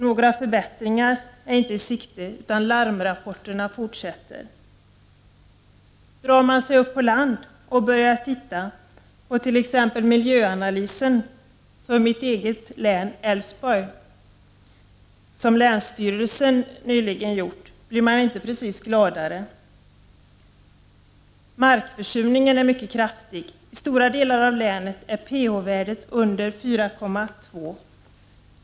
Några förbättringar är inte i sikte, utan larmrapporterna fortsätter att strömma in. Om man studerar problemen på land och tar del av miljöanalysen för t.ex. mitt eget län, Älvsborg, vilket länsstyrelsen nyligen gjort, blir man inte precis gladare. Markförsurningen är mycket kraftig. I stora delar av länet är pH-värdet under 4,2.